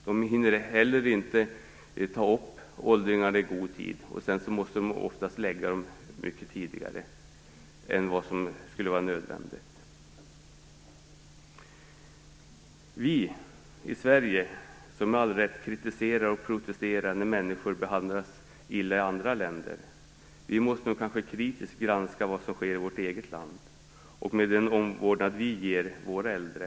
De hinner heller inte ta upp åldringarna i god tid, och de måste lägga dem mycket tidigare än vad som egentligen skulle vara nödvändigt. Vi i Sverige, som med all rätt kritiserar och protesterar när människor behandlas illa i andra länder, måste kritiskt granska vad som sker i vårt eget land och vilken omvårdnad vi ger våra äldre.